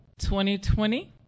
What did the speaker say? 2020